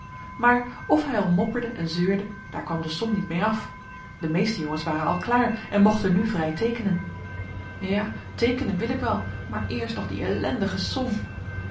maar of hij al mopperde en zeurde daar kwam de som niet mee af de meeste jongens waren al klaar en mochten nu vrij teekenen ja teekenen wil ik wel maar eerst nog die ellendige som